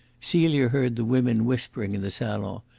celia heard the women whispering in the salon,